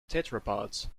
tetrapods